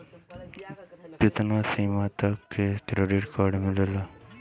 कितना सीमा तक के क्रेडिट कार्ड मिलेला?